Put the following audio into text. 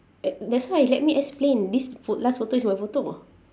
uh that's why let me explain this pho~ last photo is my photo